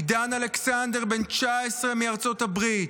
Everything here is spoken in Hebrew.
עידן אלכסנדר, בן 19, מארצות הברית,